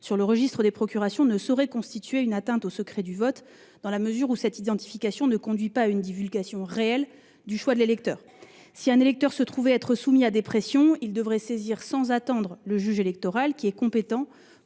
sur le registre des procurations ne saurait constituer une atteinte au secret du vote, dans la mesure où cette identification ne conduit pas à une divulgation réelle du choix de l'électeur. Si un électeur se trouvait être soumis à des pressions, il devrait saisir sans attendre le juge électoral, qui est compétent